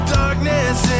darkness